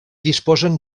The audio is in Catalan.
disposen